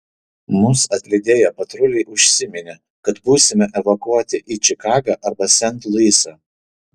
mus atlydėję patruliai užsiminė kad būsime evakuoti į čikagą arba sent luisą